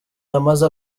yamaze